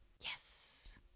Yes